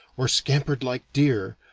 or scampered like deer,